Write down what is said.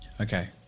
Okay